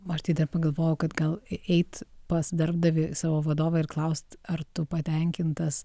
o aš tai dar pagalvojau kad gal eit pas darbdavį savo vadovą ir klaust ar tu patenkintas